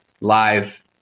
live